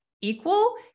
equal